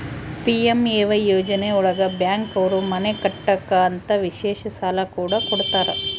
PMAY ಯೋಜನೆ ಒಳಗ bank ಅವ್ರು ಮನೆ ಕಟ್ಟಕ್ ಅಂತ ವಿಶೇಷ ಸಾಲ ಕೂಡ ಕೊಡ್ತಾರ